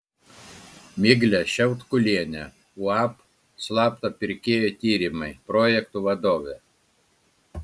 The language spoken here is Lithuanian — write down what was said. miglė šiautkulienė uab slapto pirkėjo tyrimai projektų vadovė